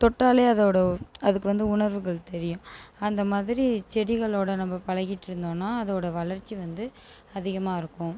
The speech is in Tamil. தொட்டாலே அதோடய அதுக்கு வந்து உணர்வுகள் தெரியும் அந்த மாதிரி செடிகளோடய நம்ம பழகிட்டு இருந்தோம்னா அதோடய வளர்ச்சி வந்து அதிகமாக இருக்கும்